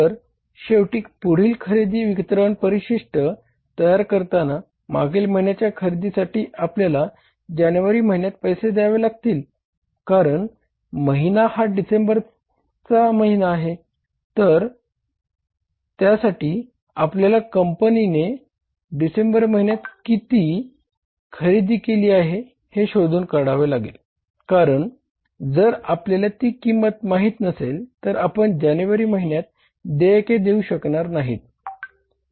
तर शेवटी पुढील खरेदी वितरण परिशिष्ट देऊ शकणार नाही